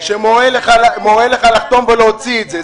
שמורה לך לחתום ולהוציא את זה.